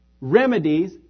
remedies